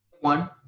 one